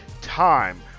time